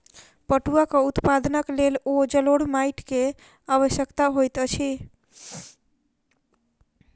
पटुआक उत्पादनक लेल जलोढ़ माइट के आवश्यकता होइत अछि